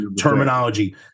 terminology